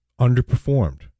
underperformed